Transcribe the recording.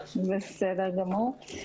בסדר גמור.